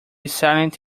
silent